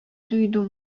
duydum